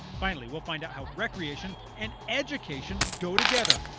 finally we'll find out how recreation and education go together.